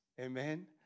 Amen